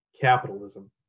capitalism